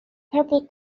purple